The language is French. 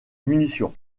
munitions